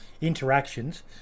interactions